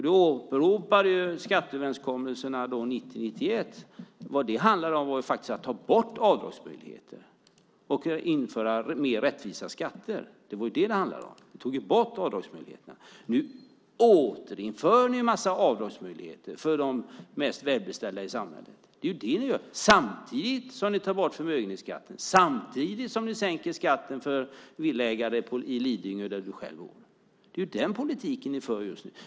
Du åberopade skatteöverenskommelsen 1990-1991. Den handlade faktiskt om att ta bort avdragsmöjligheter och införa mer rättvisa skatter. Det var det som den handlade om. Vi tog bort avdragsmöjligheterna. Nu återinför ni en massa avdragsmöjligheter för de mest välbeställda i samhället. Det är det ni gör, samtidigt som ni tar bort förmögenhetsskatten och samtidigt som ni sänker skatten för villaägare i Lidingö, där du själv bor. Det är den politiken ni för just nu.